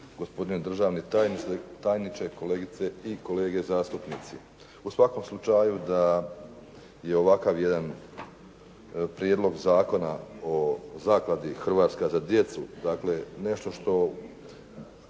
gospodine državni tajniče, kolegice i kolege zastupnici. U svakom slučaju da je ovakav jedan Prijedlog Zakona o zakladi "Hrvatska za djecu", dakle nešto što